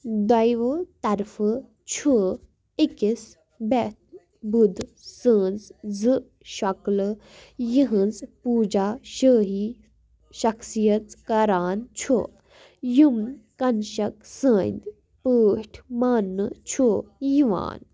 دۄیوٕ طرفہٕ چھُ أکِس بٮ۪تھ بُدھ سٕنٛز زٕ شکلہٕ یِہٕنٛز پوٗجا شٲہی شخصیت کران چھُ یِم کنشک سٕنٛدۍ پٲٹھۍ ماننہٕ چھُ یِوان